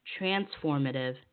transformative